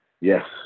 Yes